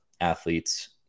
athletes